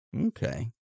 Okay